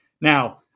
Now